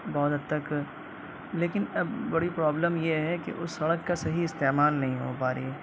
بہت حد تک لیکن اب بڑی پرابلم یہ ہے کہ اس سڑک کا صحیح استعمال نہیں ہو پا رہی